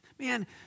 man